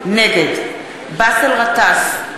נגד באסל גטאס,